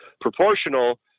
proportional